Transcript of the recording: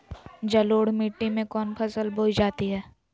जलोढ़ मिट्टी में कौन फसल बोई जाती हैं?